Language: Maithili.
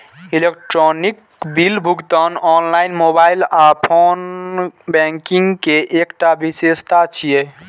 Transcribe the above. इलेक्ट्रॉनिक बिल भुगतान ऑनलाइन, मोबाइल आ फोन बैंकिंग के एकटा विशेषता छियै